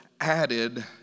added